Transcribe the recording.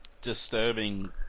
disturbing